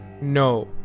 No